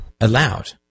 allowed